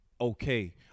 Okay